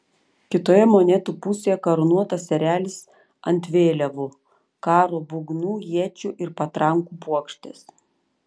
kitoje monetų pusėje karūnuotas erelis ant vėliavų karo būgnų iečių ir patrankų puokštės